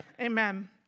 Amen